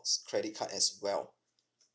credit card as well